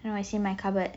no it's in my cupboard